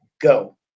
go